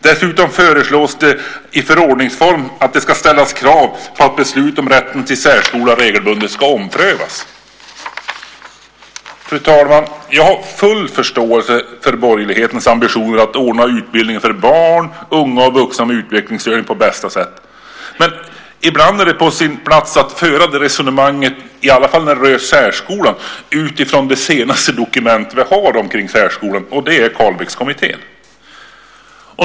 Dessutom föreslås det att det i förordningsform ska ställas krav på att beslut om rätten till särskola regelbundet ska omprövas. Fru talman! Jag har full förståelse för borgerlighetens ambitioner att ordna utbildning för barn, unga och vuxna med utvecklingsstörning på bästa sätt. Men ibland är det på sin plats att föra resonemanget, i alla fall när det rör särskolan, utifrån det senaste dokument vi har om särskolan. Det är Carlbeckkommittén.